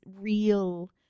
real